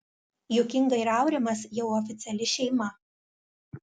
juk inga ir aurimas jau oficiali šeima